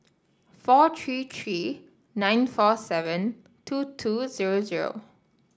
four three three nine four seven two two zero zero